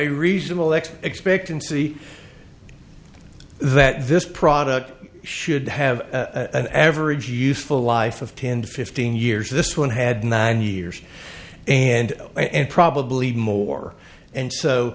a reasonable x expectancy that this product should have an average useful life of ten fifteen years this one had nine years and and probably more and